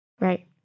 Right